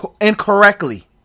incorrectly